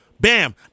Bam